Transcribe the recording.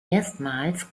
erstmals